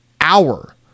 hour